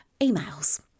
emails